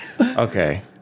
Okay